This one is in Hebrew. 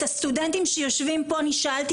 את הסטודנטים שיושבים פה אני שאלתי